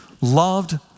loved